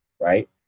right